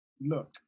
look